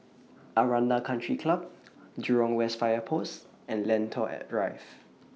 Aranda Country Club Jurong West Fire Post and Lentor Drive